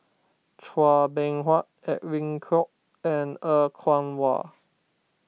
Chua Beng Huat Edwin Koek and Er Kwong Wah